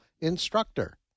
instructor